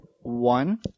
one